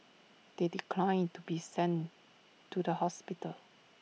they declined to be sent to the hospital